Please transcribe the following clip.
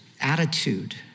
attitude